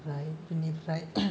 ओमफ्राय बिनिफ्राय